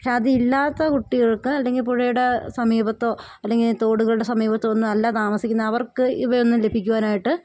പക്ഷെ അതില്ലാത്ത കുട്ടികൾക്ക് അല്ലെങ്കിൽ പുഴയുടെ സമീപത്തോ അല്ലെങ്കിൽ തോടുകളുടെ സമീപത്തോ ഒന്നും അല്ല താമസിക്കുന്നത് അവർക്ക് ഇവയൊന്നും ലഭിക്കുവാനായിട്ട്